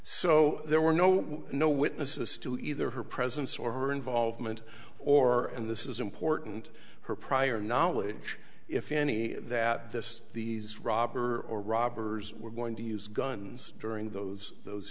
so there were no no witnesses to either her presence or her involvement or and this is important her prior knowledge if any that this these robber or robbers were going to use guns during those those